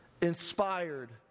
inspired